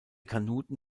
kanuten